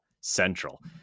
Central